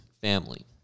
family